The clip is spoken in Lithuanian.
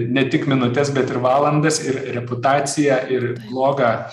ne tik minutes bet ir valandas ir reputaciją ir blogą